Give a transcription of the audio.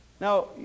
Now